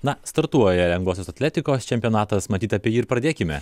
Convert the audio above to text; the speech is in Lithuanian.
na startuoja lengvosios atletikos čempionatas matyt apie jį ir pradėkime